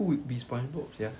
who would be spongebob sia